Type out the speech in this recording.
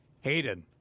Hayden